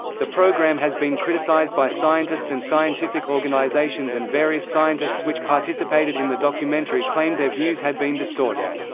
the programme has been criticised by scientists and scientific organisations and various scientists which participated in the documentary claimed their views had been distorted.